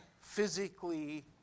physically